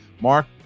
Mark